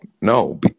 no